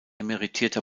emeritierter